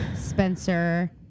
Spencer